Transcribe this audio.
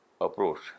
approach